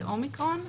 שלילי לאומיקרון,